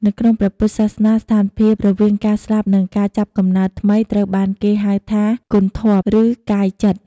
នៅក្នុងព្រះពុទ្ធសាសនា ស្ថានភាពរវាងការស្លាប់និងការចាប់កំណើតថ្មីត្រូវបានគេហៅថា គន្ធព្វ(គន់-ធាប់)ឬកាយចិត្ត។